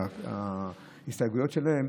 מההסתייגויות שלהם,